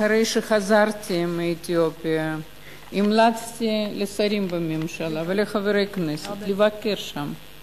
אחרי שחזרתי מאתיופיה המלצתי לשרים בממשלה ולחברי הכנסת לבקר שם,